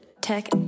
tech